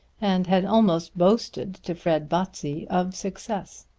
and had almost boasted to fred botsey of success.